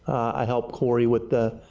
i help cory with the